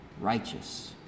righteous